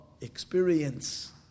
experience